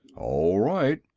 all right,